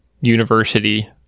university